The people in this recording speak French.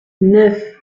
neuf